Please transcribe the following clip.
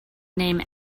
name